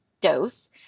dose